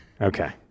Okay